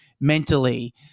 mentally